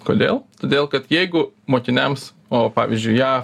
kodėl todėl kad jeigu mokiniams o pavyzdžiui jav